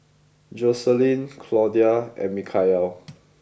Joseline Claudia and Mikeal